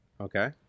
Okay